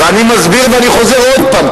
ואני מסביר ואני חוזר עוד פעם,